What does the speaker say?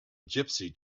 gypsy